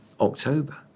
October